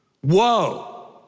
Whoa